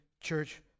church